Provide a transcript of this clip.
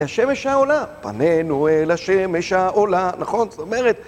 השמש העולה, פנינו אל השמש העולה, נכון, זאת אומרת.